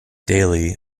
daily